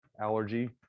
allergy